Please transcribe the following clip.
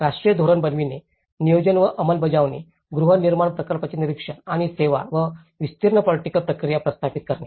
राष्ट्रीय धोरण बनविणे नियोजन व अंमलबजावणी गृहनिर्माण प्रकल्पांचे निरीक्षण आणि सेवा व विस्तीर्ण पोलिटिकल प्रक्रिया व्यवस्थापित करणे